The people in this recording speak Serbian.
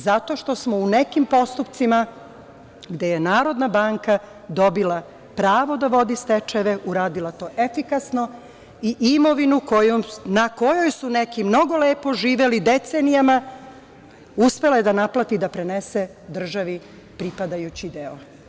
Zato što smo u nekim postupcima gde je Narodna banka dobila pravo da vodi stečajeve, uradila to efikasno i imovinu na kojoj su neki mnogo lepo živeli, decenijama, uspela je da naplati i da prenese državi pripadajući deo.